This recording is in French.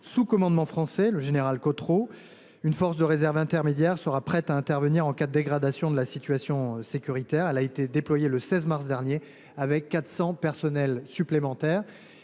sous commandement français – c’est le général Cottereau qui la commande. Une force de réserve intermédiaire sera prête à intervenir en cas de dégradation de la situation sécuritaire. Elle a été déployée le 16 mars dernier, 400 personnels supplémentaires